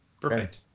Perfect